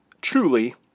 truly